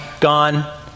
Gone